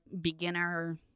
beginner